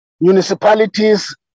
municipalities